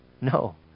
No